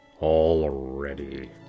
already